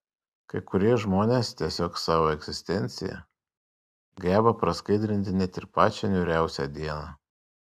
kai kurie žmonės tiesiog savo egzistencija geba praskaidrinti net ir pačią niūriausią dieną